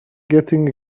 getting